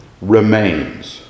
remains